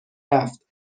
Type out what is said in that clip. رفت